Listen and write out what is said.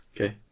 okay